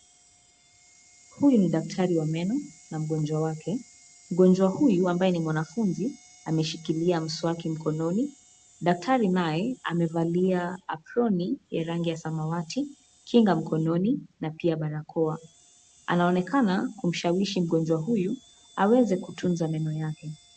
Huyu ni daktari wa meno na mgonjwa wake. Mgonjwa huyu ambaye ni mwanafunzi ameshikilia mswaki mkononi, daktari naye amevalia aproni ya rangi ya samawati, kinga mkononi na pia barakoa, anaonekana kumshawishi mgonjwa huyu aweze kutunza meno yake.